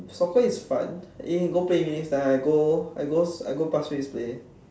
soccer is fun you can go play with me next time I go I go I go Pasir-Ris play